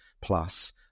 plus